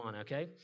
okay